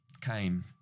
came